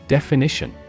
Definition